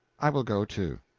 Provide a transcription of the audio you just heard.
i will go, too.